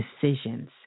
decisions